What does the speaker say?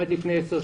עד לפני 10 שנים,